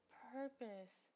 purpose